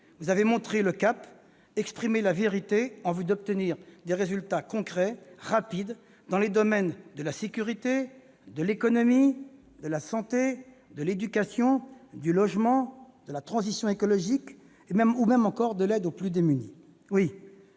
vous avez montré le cap, exprimé la vérité en vue d'obtenir des résultats concrets et rapides dans les domaines de la sécurité, de l'économie, de la santé, de l'éducation, du logement, de la transition écologique ou encore de l'aide aux plus démunis.